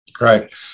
Right